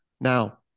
Now